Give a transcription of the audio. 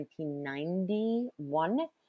1991